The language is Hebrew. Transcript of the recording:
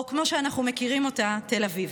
או כמו שאנחנו מכירים אותה, תל אביב: